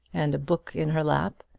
and a book in her lap,